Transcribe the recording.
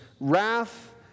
wrath